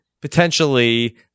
potentially